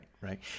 right